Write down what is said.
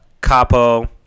capo